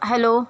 hello